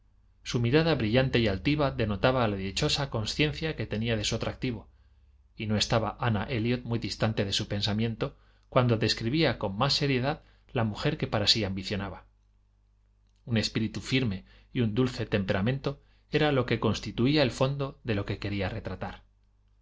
su mirada brillante y altiva denotaba la dichosa consciencia que tenía de su atractivo y no estaba ana elliot muy distante de su pensamiento cuando describía con más seriedad la mujer que para sí ambicionaba un espíritu firme y un dulce temperamento era lo que constituía el fondo de lo que quería retratar